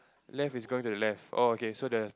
left is going to the left oh okay so the